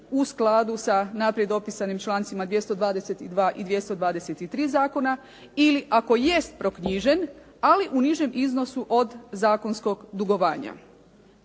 u skladu sa naprijed opisanim člancima 222. i 223. zakona ili ako jest proknjižen ali u nižem iznosu od zakonskog dugovanja.